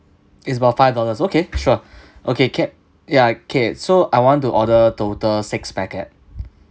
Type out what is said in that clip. it's about five dollars okay sure okay ca~ ya okay so I want to order total six packet